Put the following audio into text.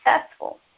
successful